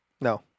No